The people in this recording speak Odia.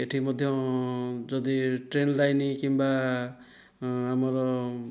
ଏଠି ମଧ୍ୟ ଯଦି ଟ୍ରେନ ଲାଇନ୍ କିମ୍ବା ଆମର